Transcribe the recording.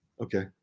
Okay